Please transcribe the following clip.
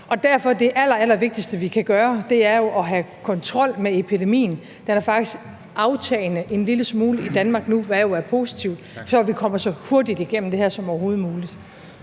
er det allerallervigtigste, vi kan gøre, at have kontrol med epidemien – den er faktisk en lille smule aftagende i Danmark lige nu, hvad jo er positivt – så vi kommer så hurtigt igennem det her som overhovedet muligt.